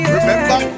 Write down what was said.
Remember